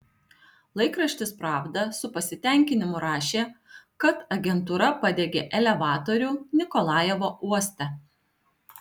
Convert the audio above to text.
laikraštis pravda su pasitenkinimu rašė kad agentūra padegė elevatorių nikolajevo uoste